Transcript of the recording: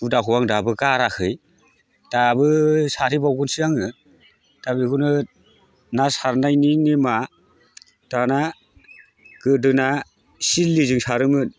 हुदाखौ आं दाबो गाराखै दाबो सारहैबावगोनसो आङो दा बेखौनो ना सारनायनि नेमा दाना गोदोना सिदलि जों सारोमोन